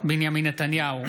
בנימין נתניהו,